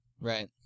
Right